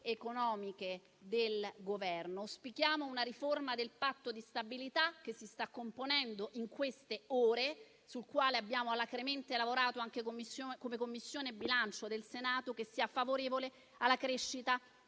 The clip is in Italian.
economiche del Governo. Auspichiamo una riforma del Patto di stabilità che si sta componendo in queste ore, sul quale abbiamo alacremente lavorato anche come Commissione bilancio del Senato, che sia favorevole alla crescita